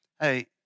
Hey